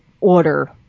order